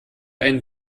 einen